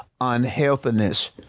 unhealthiness